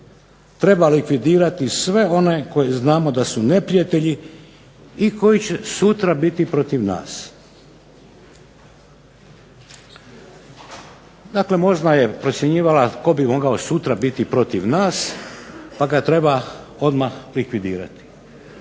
treba likvidirati one koji znamo da su neprijatelji i koji će sutra biti protiv nas. Dakle, OZNA je procjenjivala tko bi mogao sutra biti protiv nas, pa ga treba odmah likvidirati.